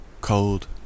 cold